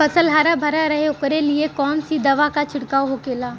फसल हरा भरा रहे वोकरे लिए कौन सी दवा का छिड़काव होखेला?